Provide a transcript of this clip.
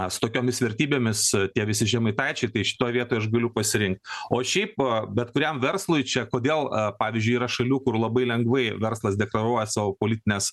su tokiomis vertybėmis tie visi žemaitaičiai tai šitoj vietoj aš galiu pasirinkt o šiaip bet kuriam verslui čia kodėl pavyzdžiui yra šalių kur labai lengvai verslas deklaruoja savo politines